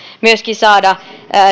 myöskin saada